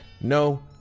no